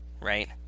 Right